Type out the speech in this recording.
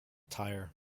tyre